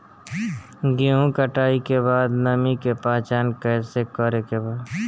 गेहूं कटाई के बाद नमी के पहचान कैसे करेके बा?